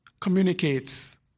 communicates